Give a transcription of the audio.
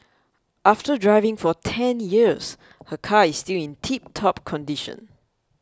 after driving for ten years her car is still in tiptop condition